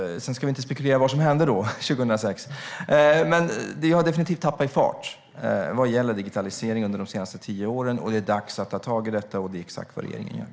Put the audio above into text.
Vi ska inte spekulera i vad som hände då 2006, men vi har definitivt tappat i fart vad gäller digitaliseringen under de senaste tio åren. Det är dags att ta tag i detta, och det är exakt vad regeringen gör.